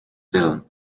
film